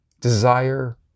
desire